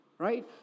Right